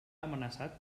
amenaçat